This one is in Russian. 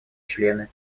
члены